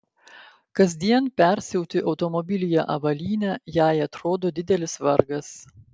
kasdien persiauti automobilyje avalynę jei atrodo didelis vargas